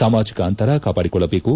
ಸಾಮಾಜಿಕ ಅಂತರ ಕಾಪಾಡಿಕೊಳ್ಳಬೇಕು